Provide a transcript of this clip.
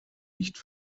nicht